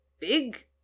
big